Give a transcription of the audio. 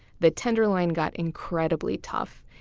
the tenderloin got incredibly tough.